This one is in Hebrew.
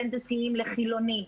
בין דתיים לחילוניים.